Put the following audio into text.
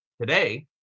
today